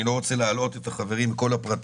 אני לא רוצה להלאות את החברים עם כל הפרטים.